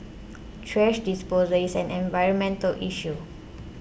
thrash disposal is an environmental issue